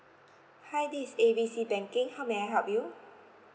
hi this is A B C banking how may I help you